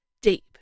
deep